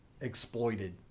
exploited